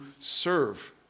serve